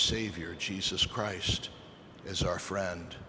savior jesus christ as our friend